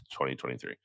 2023